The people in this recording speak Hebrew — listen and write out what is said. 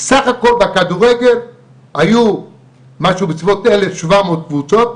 סך הכל בכדורגל היו משהו בסביבות אלף שבע מאות קבוצות.